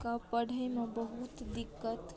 कऽ पढ़ैमे बहुत दिक्कत